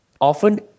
often